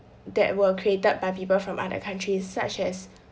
that were created by people from other countries such as